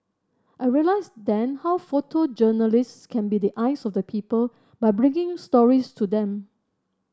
I realised then how photojournalist can be the eyes of the people by bringing stories to them